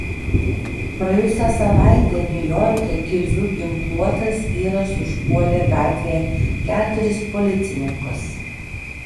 praėjusią savaitę niujorke kirviu ginkluotas vyras užpuolė gatvėje keturis policininkus